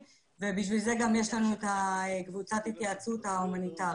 ובשביל זה יש לנו גם את קבוצת ההתייעצות ההומניטרית.